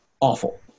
awful